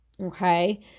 Okay